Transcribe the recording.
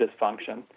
dysfunction